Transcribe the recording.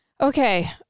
Okay